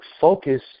focus